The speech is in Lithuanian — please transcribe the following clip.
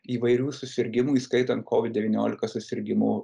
įvairių susirgimų įskaitant kovid devyniolika susirgimų